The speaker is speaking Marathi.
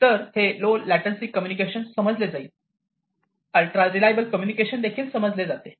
तर हे लो लेटेंसी कम्युनिकेशन समजले जाते अल्ट्रा रिलायबल कम्युनिकेशन देखील समजले जाते